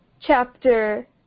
chapter